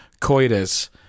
coitus